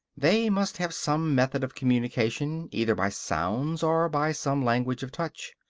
they must have some method of communication, either by sounds or by some language of touch.